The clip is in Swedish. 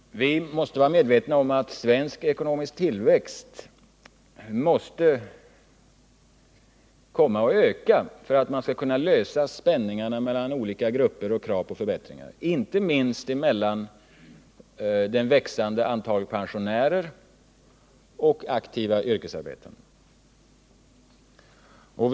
Vi måste vara medvetna om att svensk ekonomisk tillväxt måste komma att öka för att man skall kunna lösa spänningarna mellan olika grupper och tillgodose krav på förbättringar, inte minst mellan det växande antalet pensionärer och aktiva yrkesarbetande.